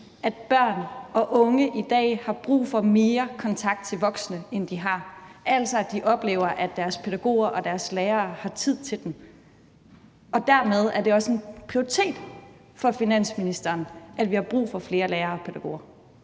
at børn og unge i dag har brug for mere kontakt til voksne, end de har, altså at de oplever, at deres pædagoger og deres lærere har tid til dem, og at det dermed også er en prioritet for finansministeren, at vi har brug for flere lærere og pædagoger?